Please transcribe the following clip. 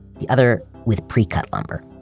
the other with pre-cut lumber.